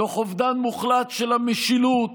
תוך אובדן מוחלט של המשילות